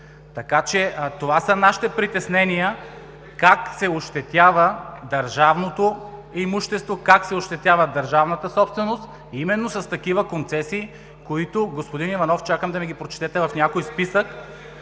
Иванов.) Това са нашите притеснения как се ощетява държавното имущество, как се ощетява държавната собственост именно с такива концесии, които, господин Иванов, чакам да ми ги прочетете в някой списък.